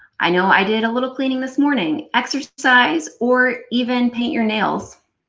i know i did a little cleaning this morning. exercise, or even paint your nails.